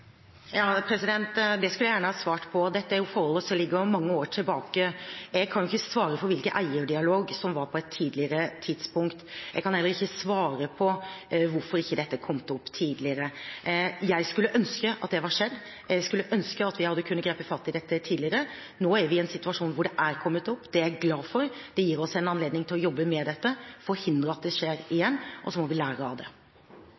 Det skulle jeg gjerne ha svart på. Dette er forhold som ligger mange år tilbake. Jeg kan ikke svare på hvilken eierdialog som var på et tidligere tidspunkt. Jeg kan heller ikke svare på hvorfor ikke dette har kommet opp tidligere. Jeg skulle ønsket at det hadde skjedd, jeg skulle ønsket at vi hadde kunnet gripe fatt i dette tidligere. Nå er vi i en situasjon hvor det har kommet opp. Det er jeg glad for, det gir oss en anledning til å kunne jobbe med dette og forhindre at det skjer igjen – og så må vi lære av det.